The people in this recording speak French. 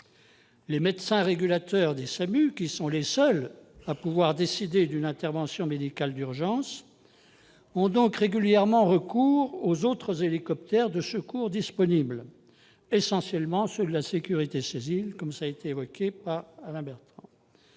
Les médecins régulateurs des SAMU, les seuls à pouvoir décider d'une intervention médicale d'urgence, ont donc régulièrement recours aux autres hélicoptères de secours disponibles, essentiellement ceux de la sécurité civile. Les hélicoptères de la